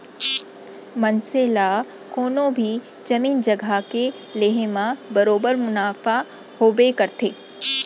मनसे ला कोनों भी जमीन जघा के लेहे म बरोबर मुनाफा होबे करथे